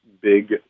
big